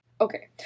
Okay